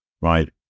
right